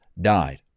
died